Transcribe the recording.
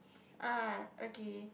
ah okay